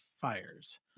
fires